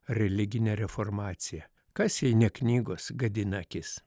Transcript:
religine reformacija kas jei ne knygos gadina akis